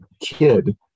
kid